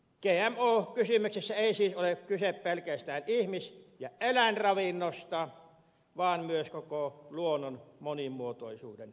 gmo kysymyksessä ei siis ole kyse pelkästään ihmis ja eläinravinnosta vaan myös koko luonnon monimuotoisuuden säilymisestä